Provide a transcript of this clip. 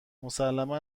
مسلما